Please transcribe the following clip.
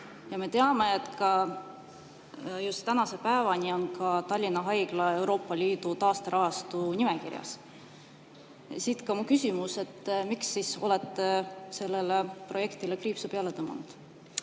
Me teame, et tänase päevani on Tallinna Haigla Euroopa Liidu taasterahastu nimekirjas. Siit ka mu küsimus: miks te olete sellele projektile kriipsu peale tõmmanud?